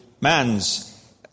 man's